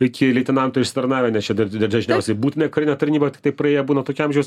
iki leitenanto išsitarnavę nes čia dar dar dažniausiai būtina karinę tarnybą tai praėję būna tokio amžiaus